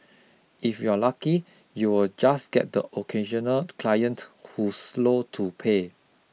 if you're lucky you'll just get the occasional client who's slow to pay